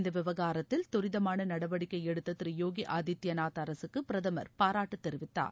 இந்த விவகாரத்தில் துரிதமான நடவடிக்கை எடுத்த திரு போகி ஆதித்யநாத் அரசுக்கு பிரதமர் பாராட்டு தெரிவித்தார்